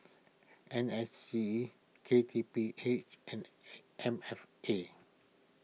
N S C K T P H and M F A